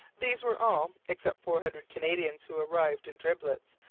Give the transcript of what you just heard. these were all, except four hundred canadians who arrived in driblets,